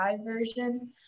version